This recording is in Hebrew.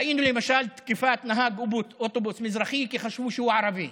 ראינו למשל תקיפת נהג אוטובוס מזרחי כי חשבו שהוא ערבי.